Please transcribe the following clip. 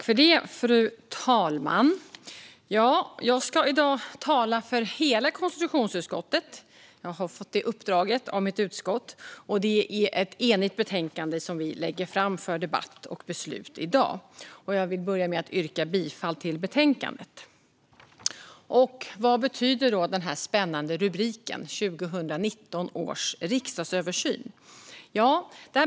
Fru talman! Jag ska i dag tala för hela konstitutionsutskottet. Jag har fått det uppdraget av mitt utskott, och vi lägger fram ett enigt betänkande för debatt och beslut i dag. Jag börjar med att yrka bifall till förslaget i betänkandet. Vad betyder den spännande rubriken "2019 års riksdagsöversyn"?